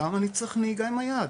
למה אני צריך נהיגה עם היד?